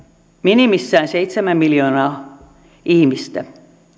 minimissään seitsemän miljoonaa ihmistä